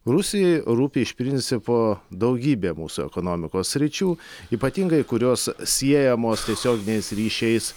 rusijai rūpi iš principo daugybė mūsų ekonomikos sričių ypatingai kurios siejamos tiesioginiais ryšiais